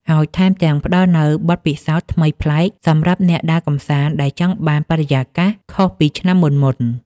ហើយថែមទាំងផ្តល់នូវបទពិសោធន៍ថ្មីប្លែកសម្រាប់អ្នកដើរកម្សាន្តដែលចង់បានបរិយាកាសខុសពីឆ្នាំមុនៗ។